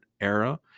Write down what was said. era